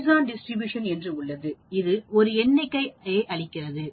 poison distribution என்று ஒன்று உள்ளது இது ஒரு எண்ணிக்கையை அளிக்கிறது